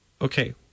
okay